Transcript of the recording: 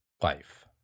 Life